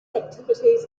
activities